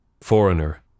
Foreigner